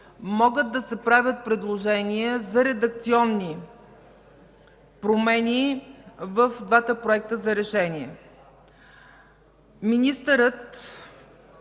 Могат да се правят предложения за редакционни промени в двата проекта за решение. Ресорният